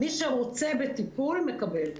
מי שרוצה בטיפול מקבל.